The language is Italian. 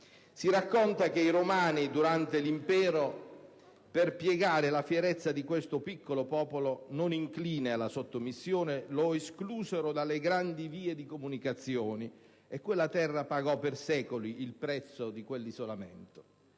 Si racconta che i Romani durante l'Impero, per piegare la fierezza di questo piccolo popolo, non incline alla sottomissione, lo esclusero dalle grandi vie di comunicazione, e quella terra pagò per secoli il prezzo dell'isolamento.